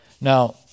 Now